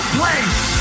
place